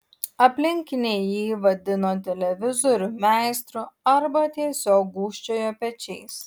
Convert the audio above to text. aplinkiniai jį vadino televizorių meistru arba tiesiog gūžčiojo pečiais